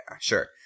sure